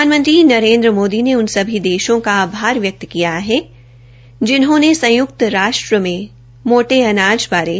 प्रधानमंत्री नरेन्द्र मोदी ने उन सभी देशों का आभार व्यक्त किया है कि जिन्होंने संयुक्त राष्ट्र में मोटे अनाज बारे